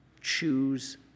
Choose